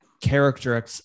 Character